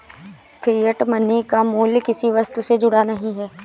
fiat money का मूल्य किसी वस्तु से जुड़ा नहीं है